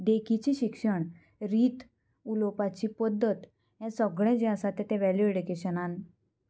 देखीचें शिक्षण रीत उलोवपाची पद्दत हें सगळें जें आसा तें तें वेल्यू एड्युकेशनान